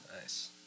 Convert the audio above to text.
nice